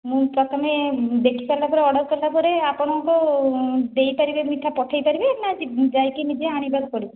ମୁଁ ପ୍ରଥମେ ଦେଖି ସାରିଲା ପରେ ଅର୍ଡ଼ର କରିଲା ପରେ ଅର୍ଡ଼ର କରିଲେ ଆପଣଙ୍କୁ ଦେଇପାରିବେ ମିଠା ପଠାଇ ପାରିବେ ନା ଯାଇକି ନିଜେ ଆଣିବାକୁ ପଡ଼ିବ